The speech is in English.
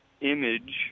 image